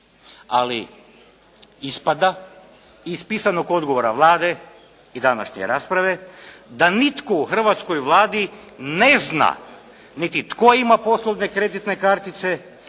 Ali ispada iz pisanog odgovora Vlade i današnje rasprave da nitko u hrvatskoj Vladi ne zna niti tko ima poslovne kreditne kartice,